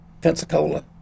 Pensacola